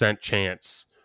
chance